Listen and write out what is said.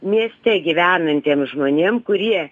mieste gyvenantiems žmonėm kurie